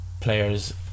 players